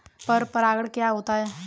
पर परागण क्या होता है?